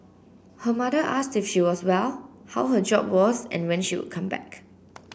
her mother asked if she was well how her job was and when she would come back